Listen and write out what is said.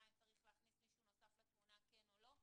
אם צריך להכניס מישהו נוסף לתמונה כן או לא.